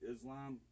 Islam